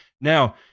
now